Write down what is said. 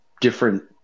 different